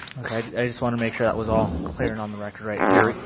okay. i just want to make sure that was all clear and on the record right yeah